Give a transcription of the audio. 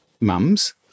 mums